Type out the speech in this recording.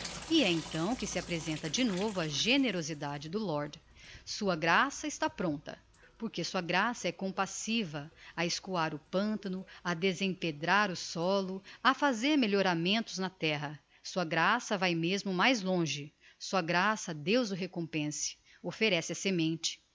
e é então que se apresenta de novo a generosidade do lord sua graça está pronta porque sua graça é compassiva a escoar o pantano a desempedrar o sólo a fazer melhoramentos na terra sua graça vae mesmo mais longe sua graça deus o recompense offerece a semente